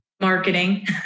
Marketing